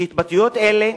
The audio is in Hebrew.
שהתבטאויות אלה,